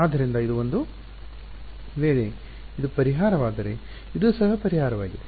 ಆದ್ದರಿಂದ ಇದು ಒಂದು ವೇಳೆ ಇದು ಪರಿಹಾರ ವಾದರೆ ಇದು ಸಹ ಪರಿಹಾರವಾಗಿದೆ